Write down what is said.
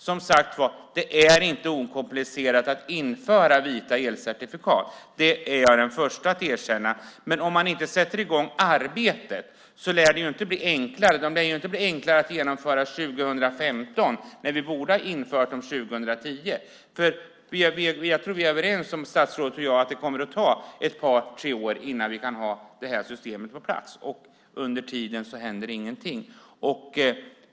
Som sagt var: Det är inte okomplicerat att införa vita elcertifikat - det är jag den första att erkänna - men om man inte sätter i gång arbetet så lär det ju inte bli enklare. De lär inte bli enklare att genomföra 2015 när vi borde ha infört dem 2010. Jag tror att statsrådet och jag är överens om att det kommer att ta ett par tre år innan vi kan ha det här systemet på plats, och under tiden händer ingenting.